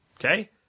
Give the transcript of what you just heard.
Okay